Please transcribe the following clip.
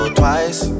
twice